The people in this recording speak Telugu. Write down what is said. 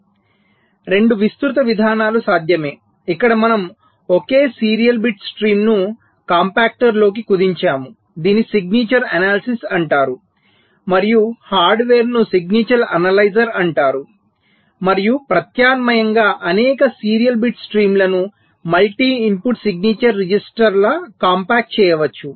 కాబట్టి 2 విస్తృత విధానాలు సాధ్యమే ఇక్కడ మనం ఒకే సీరియల్ బిట్ స్ట్రీమ్ను కాంపాక్టర్లోకి కుదించాము దీనిని సిగ్నేచర్ అనాలిసిస్ అంటారు మరియు హార్డ్వేర్ను సిగ్నేచర్ ఎనలైజర్ అంటారు మరియు ప్రత్యామ్నాయంగా అనేక సీరియల్ బిట్ స్ట్రీమ్లను మల్టీ ఇన్పుట్ సిగ్నిచెర్ రిజిస్టర్ లా కాంపాక్ట్ చేయవచ్చు